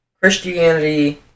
Christianity